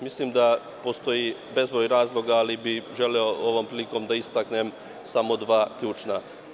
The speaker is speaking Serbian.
Mislim da postoji bezbroj razloga, ali bi želeo ovom prilikom da istaknem samo dva ključna.